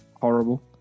horrible